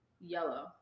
Yellow